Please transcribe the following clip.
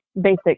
basic